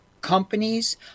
companies